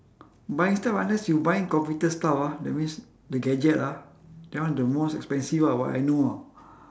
buying stuff unless you buying computer stuff ah that means the gadget ah that one the most expensive ah what I know ah